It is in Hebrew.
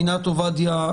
עינת עובדיה,